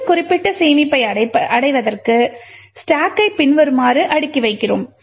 இந்த குறிப்பிட்ட சேமிப்பை அடைவதற்கு ஸ்டாக்கை பின்வருமாறு அடுக்கி வைக்கிறோம்